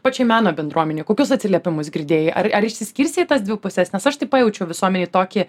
pačiai meno bendruomenei kokius atsiliepimus girdėjai ar ar išsiskirstė į tas dvi puses nes aš pajaučiau visuomenėj tokį